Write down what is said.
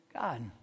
God